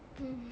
mmhmm